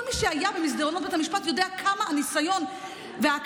כל מי שהיה במסדרונות בתי המשפט יודע כמה הניסיון והכרה